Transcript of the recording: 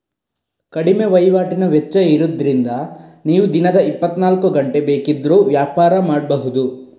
ಕಡಿಮೆ ವೈವಾಟಿನ ವೆಚ್ಚ ಇರುದ್ರಿಂದ ನೀವು ದಿನದ ಇಪ್ಪತ್ತನಾಲ್ಕು ಗಂಟೆ ಬೇಕಿದ್ರೂ ವ್ಯಾಪಾರ ಮಾಡ್ಬಹುದು